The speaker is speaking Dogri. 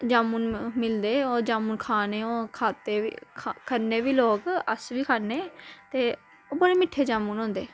जामुन मिलदे जामुन खाने खाते बी खन्ने बी लोक अस बी खन्ने ते ओह् बड़े मीठे जामुन होंदे